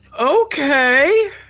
Okay